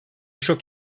şok